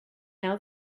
now